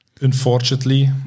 Unfortunately